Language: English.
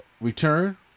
return